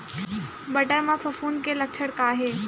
बटर म फफूंद के लक्षण का हे?